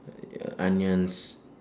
ya onions